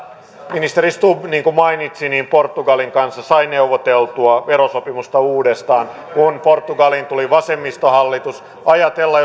ministeri stubb niin kuin mainitsi portugalin kanssa sai neuvoteltua verosopimusta uudestaan kun portugaliin tuli vasemmistohallitus ajatella